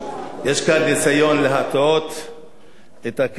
יש פה ניסיון להטעות את הכנסת